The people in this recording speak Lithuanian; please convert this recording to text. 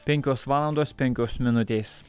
penkios valandos penkios minutės